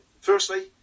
Firstly